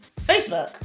Facebook